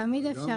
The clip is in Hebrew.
תמיד אפשר יותר.